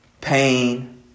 Pain